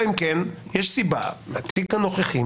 אלא אם כן יש סיבה בתיק הנוכחי,